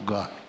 God